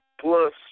plus